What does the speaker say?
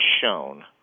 shown